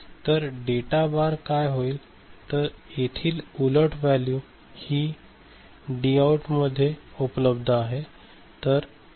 तर डेटा बार काय आहे तर येथील उलट वॅल्यू ही डी आऊट मध्ये उपलब्ध आहे